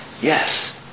Yes